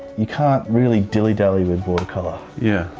you can't really dilly-dally with watercolour. yeah.